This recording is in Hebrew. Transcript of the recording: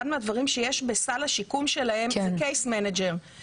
אחד מהדברים שיש בסל השיקום שלהם זה קייס מנג'ר (מתאם